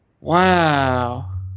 Wow